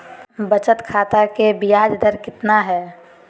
बचत खाता के बियाज दर कितना है?